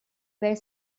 were